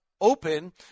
open